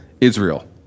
Israel